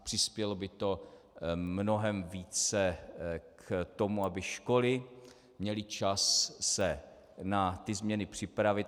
Přispělo by to mnohem více k tomu, aby školy měly čas se na ty změny připravit.